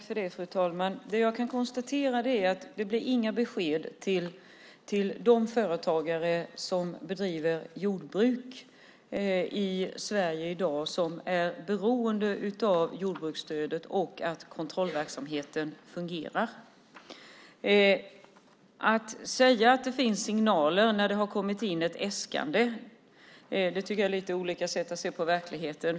Fru talman! Jag kan konstatera att det inte blir några besked till de företagare som i dag bedriver i jordbruk i Sverige och är beroende av jordbruksstödet och av att kontrollverksamheten fungerar. Att säga att det finns signaler när det kommit in ett äskande tycker jag är att se på verkligheten på ett lite annorlunda sätt.